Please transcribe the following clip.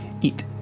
eat